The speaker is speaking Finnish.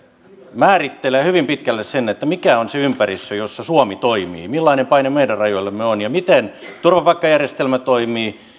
määrittelee hyvin pitkälle sen mikä on se ympäristö jossa suomi toimii millainen paine meidän rajoillamme on ja miten turvapaikkajärjestelmä ja